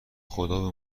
خدابه